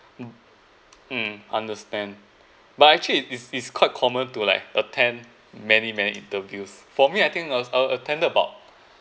mm mm understand but actually it's it's quite common to like attend many many interviews for me I think I was I attended about